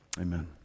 amen